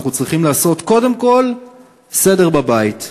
אנחנו צריכים לעשות קודם כול סדר בבית.